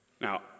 Now